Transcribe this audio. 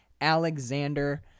Alexander